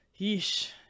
Yeesh